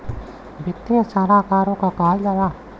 वित्तीय सलाहकारो कहल जाला